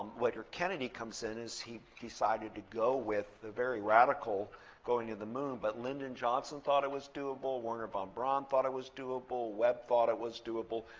later kennedy comes in, he decided to go with the very radical going to the moon, but lyndon johnson thought it was doable. wernher von braun thought it was doable. webb thought it was doable.